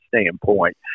standpoint